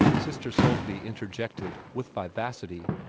sister soulsby interjected, with vivacity.